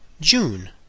June